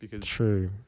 True